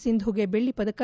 ಸಿಂಧುಗೆ ಬೆಳ್ಳಿ ಪದಕ